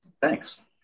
Thanks